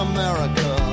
America